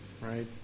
right